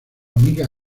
amiga